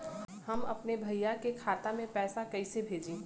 हम अपने भईया के खाता में पैसा कईसे भेजी?